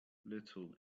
little